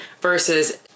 versus